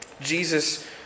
Jesus